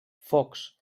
fox